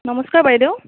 নমস্কাৰ বাইদেউ